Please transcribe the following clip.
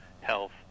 health